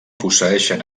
posseeixen